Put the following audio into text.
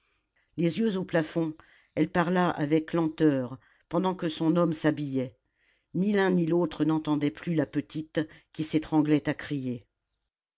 les yeux au plafond elle parla avec lenteur pendant que son homme s'habillait ni l'un ni l'autre n'entendait plus la petite qui s'étranglait à crier